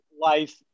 life